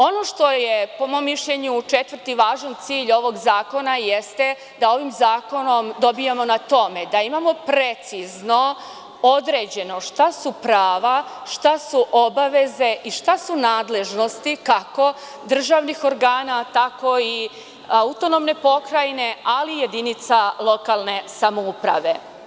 Ono što je, po mom mišljenju četvrti važan cilj ovog zakona, jeste da ovim zakonom dobijamo na tome da imamo precizno određeno šta su prava, šta su obaveze i šta su nadležnosti, kako državnih organa tako i autonomne pokrajine, ali i jedinica lokalne samouprave.